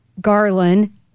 Garland